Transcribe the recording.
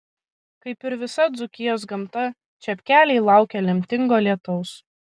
kaip ir visa dzūkijos gamta čepkeliai laukia lemtingo lietaus